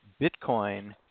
Bitcoin